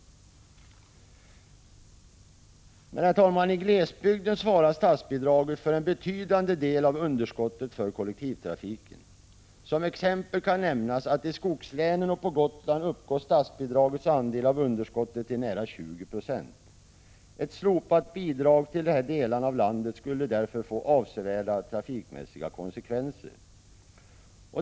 Men, herr talman, i glesbygden svarar statsbidraget för en betydande del av underskottet för kollektivtrafiken. Som exempel kan nämnas att i skogslänen och på Gotland uppgår statsbidragets andel av underskottet till nära 20 96. Ett slopat bidrag till de här delarna av landet skulle därför få avsevärda trafikmässiga konsekvenser.